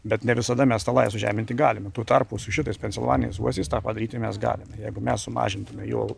bet ne visada mes tą lają sužeminti galime tuo tarpu su šitais pensilvanijos uosiais tą padaryti mes galime jeigu mes sumažintume jo